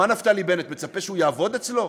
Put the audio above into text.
מה נפתלי בנט מצפה, שהוא יעבוד אצלו?